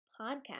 podcast